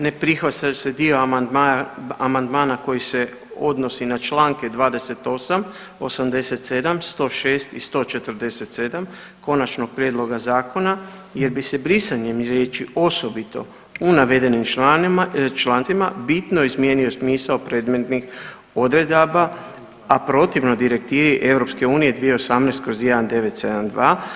Ne prihvaća se dio amandmana koji se odnosi na čl. 28, 87, 106 i 147 Konačnog prijedloga zakona jer bi se brisanjem riječi osobito u navedenim člancima bitno izmijenio smisao predmetnih odredaba, a protivno Direktivi EU 2018/1972.